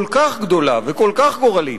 כל כך גדולה וכל כך גורלית,